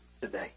today